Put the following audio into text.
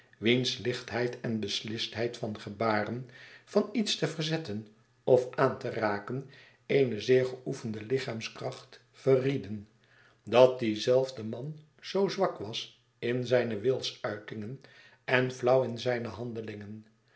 wiens lichtheid en beslistheid van gebaren van iets te verzetten of aan te raken eene zeer geoefende lichaamskracht verrieden dat die zelfde man zoo zwak was in zijne wilsuitingen en flauw in zijne handelingen